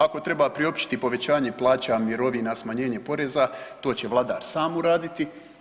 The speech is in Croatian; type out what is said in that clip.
Ako treba priopćiti povećanje plaća, mirovina, smanjenje poreza to će vladar sam uraditi.